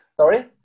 sorry